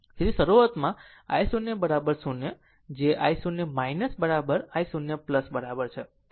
તેથી શરૂઆતમાં આ i0 0 જે i0 i0 બરાબર છે